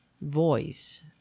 voice